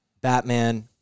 Batman